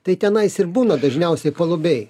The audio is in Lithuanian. tai tenais ir būna dažniausiai palubėj